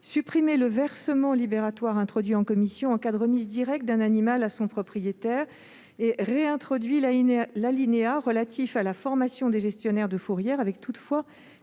supprimer le versement libératoire introduit en commission en cas de remise directe d'un animal à son propriétaire ; à réintroduire l'alinéa relatif à la formation des gestionnaires de fourrière, avec toutefois